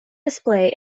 display